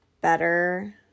better